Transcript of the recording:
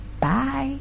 Bye